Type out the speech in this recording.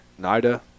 Nida